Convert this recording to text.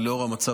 ולאור המצב